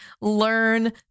learn